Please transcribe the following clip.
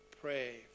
pray